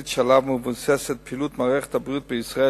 שעליה מבוססת פעילות מערכת הבריאות בישראל,